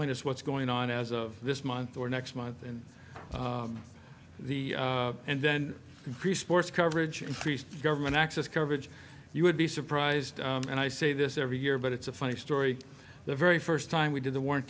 us what's going on as of this month or next month and the and then sports coverage increased government access coverage you would be surprised and i say this every year but it's a funny story the very first time we did the w